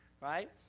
right